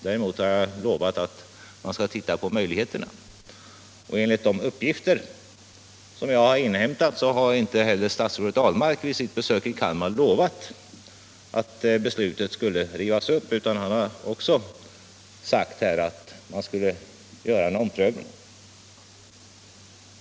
Däremot har jag lovat att man skall titta på möjligheterna, och enligt de uppgifter jag inhämtat så har inte heller statsrådet Ahlmark vid sitt besök i Kalmar lovat att beslutet skall rivas upp, utan han har också sagt att man skall göra en omprövning.